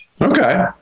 Okay